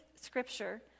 scripture